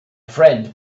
friend